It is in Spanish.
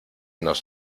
nos